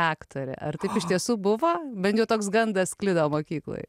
aktore ar taip iš tiesų buvo bent jau toks gandas sklido mokykloj